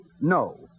No